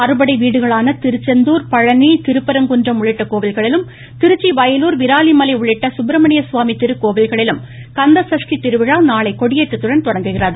அறுபடை வீடுகளான திருச்செந்தூர் பழனி திருப்பரங்குன்றம் உள்ளிட்ட கோவில்களிலும் திருச்சி வயலூர் விராலிமலை உள்ளிட்ட சுப்பிரமணியசுவாமி திருக்கோவில்களிலும் கந்தசஷ்டி திருவிழா நாளை கொடியேந்றக்துடன் தொடங்குகிறது